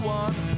one